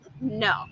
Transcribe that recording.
no